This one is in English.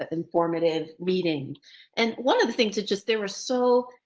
informative meeting and one of the things that just there were. so,